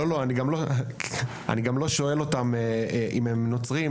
אני גם לא שואל אותם אם הם נוצרים,